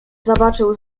zobaczył